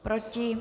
Proti?